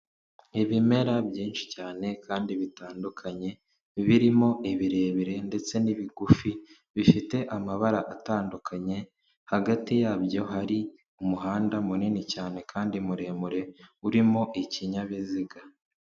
Ibimera byinshi cyane kandi bitandukanye, ibirimo ni ibirebire ndetse n'ibigufi. Bifite amabara atandukanye, hagati yabyo hari umuhanda munini cyane kandi muremure urimo ikinyabiziga.